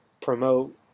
promote